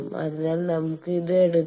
അതിനാൽ നമുക്ക് ഇത് എടുക്കാം